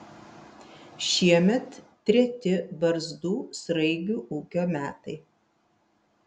šiemet treti barzdų sraigių ūkio metai